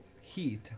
heat